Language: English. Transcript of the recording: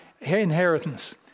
inheritance